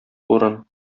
урын